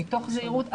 מתוך זהירות,